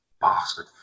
bastard